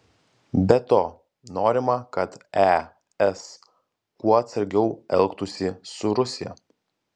be to norima kad es kuo atsargiau elgtųsi su rusija